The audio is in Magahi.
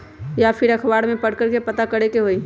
या फिर अखबार में पढ़कर के पता करे के होई?